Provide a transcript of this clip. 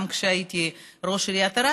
גם כשהייתי ראש עיריית ערד,